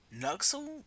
Nuxle